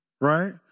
Right